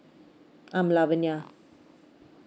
I'm lavinia